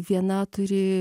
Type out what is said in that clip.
viena turi